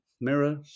Mirror